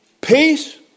Peace